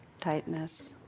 tightness